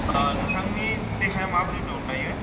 अ नोंथांनि देहाया माबोरै दं दायो